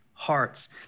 hearts